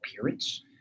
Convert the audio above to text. appearance